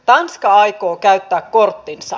tanska aikoo käyttää korttinsa